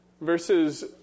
verses